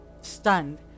stunned